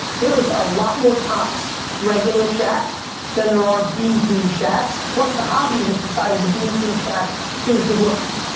there is a lot more tops regular shaqs than there are beam team shaqs plus the hobby has decided the beam team shaq is the rookie.